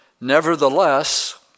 Nevertheless